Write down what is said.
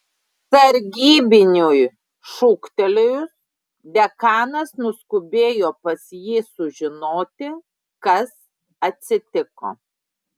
sargybiniui šūktelėjus dekanas nuskubėjo pas jį sužinoti kas atsitiko